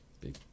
Big